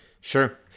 Sure